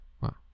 Wow